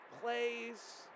plays